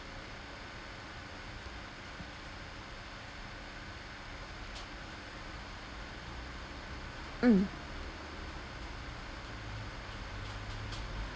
mm